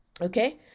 okay